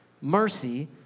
Mercy